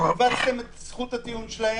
כיווצתם את זכות הטיעון שלכם.